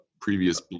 previous